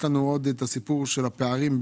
שיש לנו על העברות והודעות תקציביות שהיו